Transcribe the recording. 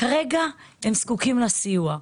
כרגע הם זקוקים לסיוע.